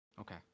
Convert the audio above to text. Okay